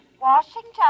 Washington